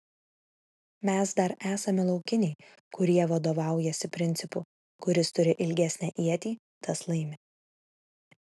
mes dar esame laukiniai kurie vadovaujasi principu kuris turi ilgesnę ietį tas laimi